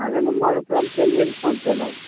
अहाँके नम्मर उपलब्ध कयलियै कि फोन कयलहुँ हँ